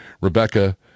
Rebecca